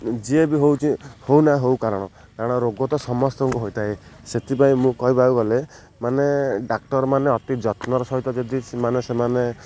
ଯିଏ ବି ହେଉଛି ହେଉଛି ନା ହଉ କାରଣ କାରଣ ରୋଗ ତ ସମସ୍ତଙ୍କୁ ହୋଇଥାଏ ସେଥିପାଇଁ ମୁଁ କହିବାକୁ ଗଲେ ମାନେ ଡାକ୍ତର ମାନେ ଅତି ଯତ୍ନର ସହିତ ଯଦି ସେମାନେ ସେମାନେ